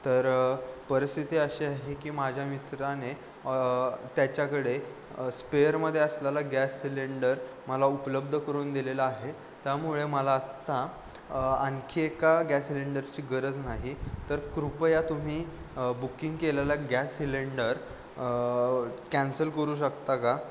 तर परिस्थिती अशी आहे की माझ्या मित्राने त्याच्याकडे स्पेअरमध्ये असलेला गॅस सिलेंडर मला उपलब्ध करून दिलेला आहे त्यामुळे मला आत्ता आणखी एका गॅस सिलेंडरची गरज नाही तर कृपया तुम्ही बुकिंग केलेला गॅस सिलेंडर कॅन्सल करू शकता का